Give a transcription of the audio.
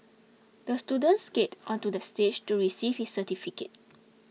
the student skated onto the stage to receive his certificate